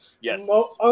Yes